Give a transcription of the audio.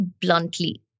bluntly